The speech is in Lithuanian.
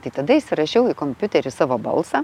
tai tada įsirašiau į kompiuterį savo balsą